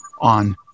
on